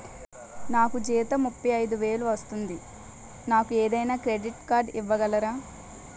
నాకు జీతం ముప్పై ఐదు వేలు వస్తుంది నాకు ఏదైనా క్రెడిట్ కార్డ్ ఇవ్వగలరా?